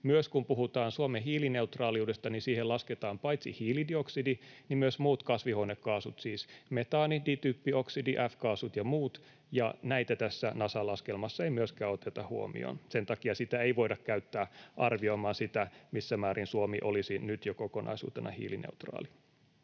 Myös kun puhutaan Suomen hiilineutraaliudesta, niin siihen lasketaan paitsi hiilidioksidi myös muut kasvihuonekaasut, siis metaani, dityppioksidi, F-kaasut ja muut, ja näitä tässä Nasan laskelmassa ei myöskään oteta huomioon. Sen takia sitä ei voida käyttää arvioimaan sitä, missä määrin Suomi olisi nyt jo kokonaisuutena hiilineutraali.